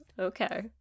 okay